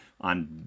on